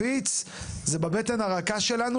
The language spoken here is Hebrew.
פוגע בבטן הרכה שלנו,